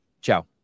ciao